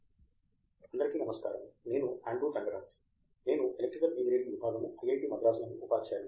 professor Andrew Thangaraj అందరికీ నమస్కారము నేను ఆండ్రూ తంగరాజ్ నేను ఎలక్ట్రికల్ ఇంజనీరింగ్ విభాగము ఐఐటి మద్రాస్ నందు ఉపాధ్యాయుడిని